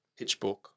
PitchBook